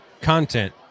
content